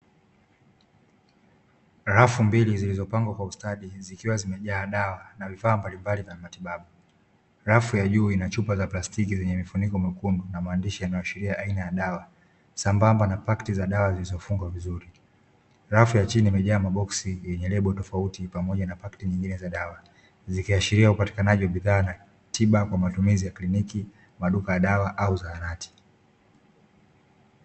Rafu mbili zikiwa zilipangwa kwa ustadi zimejaa dawa na vifaa mbalimbali vya matibabu rafu za juu zina chupa za plastiki zenye mfuniko mwekundu na mandishi yanayoashiria aina ya dawa sambamba na pakti za dawa zilizofungwa vizuri na rafu ya chini yamejaa maboksi yenye lebo tofauti pamoja na pakti nyingine za dawa zikiashiria upatikanaji bidhaa na tiba na huduma za kliniki kwa duka la dawa au zahanati.